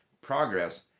progress